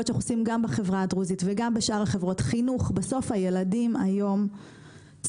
בסוף הילדים היום צריכים לדעת שהם גדלים